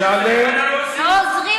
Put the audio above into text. יעלה, לא, לעזור למשטרה.